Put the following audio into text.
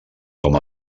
com